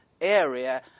area